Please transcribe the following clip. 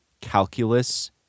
calculus